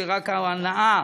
שרק ההנאה